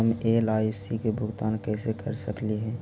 हम एल.आई.सी के भुगतान कैसे कर सकली हे?